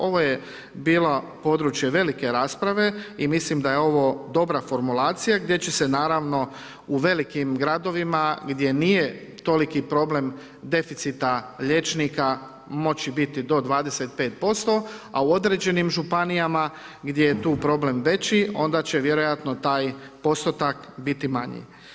Ovo je bilo područje velike rasprave i mislim da je ovo dobra formulacija gdje će se naravno, u velikim gradovima gdje nije toliki problem deficita liječnika moći biti do 25%, a u određenim Županijama gdje je tu problem veći, onda će vjerojatno taj postotak biti manji.